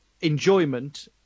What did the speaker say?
enjoyment